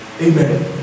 Amen